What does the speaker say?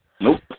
Nope